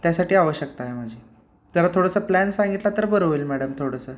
त्यासाठी आवश्यकता आहे माझी जरा थोडंसं प्लॅन सांगितलं तर बरं होईल मॅडम थोडंसं